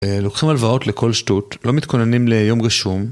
לוקחים הלוואות לכל שטות, לא מתכוננים ליום גשום.